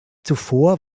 zuvor